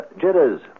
Jitters